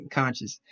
conscious